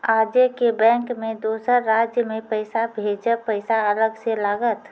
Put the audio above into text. आजे के बैंक मे दोसर राज्य मे पैसा भेजबऽ पैसा अलग से लागत?